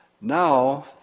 now